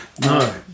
No